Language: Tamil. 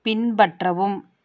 பின்பற்றவும்